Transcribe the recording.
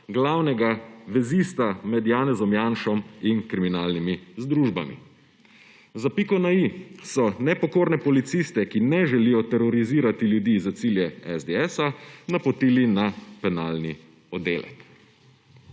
glavnega vezista med Janezom Janšo in kriminalnimi združbami. Za piko na i so nepokorne policiste, ki ne želijo terorizirati ljudi za cilje SDS napotili na penalni oddelek.